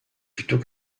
plutôt